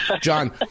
John